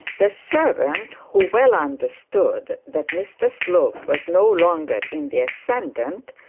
the servant, who well understood that mr slope was no longer in the ascendant,